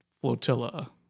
Flotilla